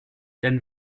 denn